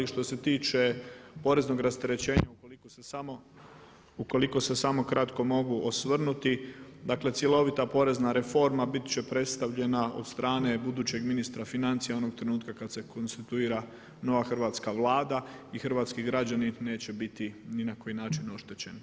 Što se tiče poreznog rasterećenja ukoliko se samo kratko mogu osvrnuti, dakle cjelovita porezna reforma biti će predstavljena od strane budućeg ministra financija onog trenutka kada se konstituira nova hrvatska Vlada i hrvatski građani neće biti ni na koji način oštećeni.